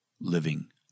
living